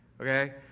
Okay